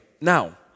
Now